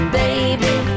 baby